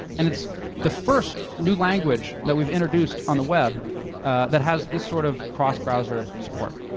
and it's the first new language that we've introduced on the web that has this sort of cross-browser support.